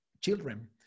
children